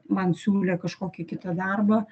man siūlė kažkokį kitą darbą